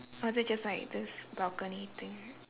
or is it just like this balcony thing